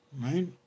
Right